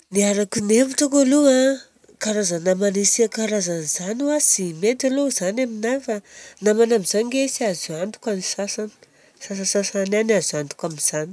Ny araky ny hevitrako aloha a karaza namana isan-karazany izany tsy oa tsy mety aloha zany amina fa namana amizao ange tsy azo antoka ny sasany, sasasasany ihany azo antoka amizany.